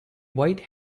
white